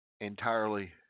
entirely